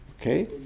Okay